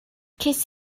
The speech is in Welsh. ces